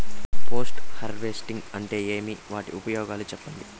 Post harvesting అంటే ఏమి? వాటి ఉపయోగాలు చెప్పండి?